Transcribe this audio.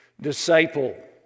disciple